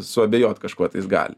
suabejot kažkuo tais gali